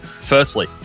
Firstly